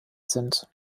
sind